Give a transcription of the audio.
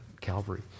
Calvary